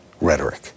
rhetoric